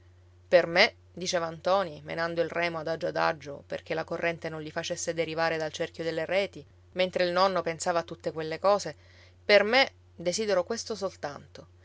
per me diceva ntoni menando il remo adagio adagio perché la corrente non li facesse derivare dal cerchio delle reti mentre il nonno pensava a tutte quelle cose per me desidero questo soltanto